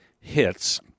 hits